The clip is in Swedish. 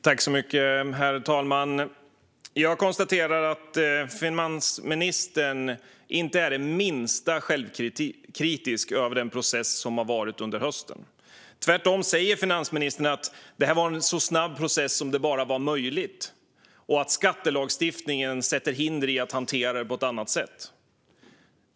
Herr talman! Jag konstaterar att finansministern inte är det minsta självkritisk över höstens process. Tvärtom säger finansministern att det var en så snabb process som var möjligt och att skattelagstiftningen sätter hinder i att hantera det på ett annat sätt.